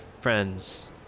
friends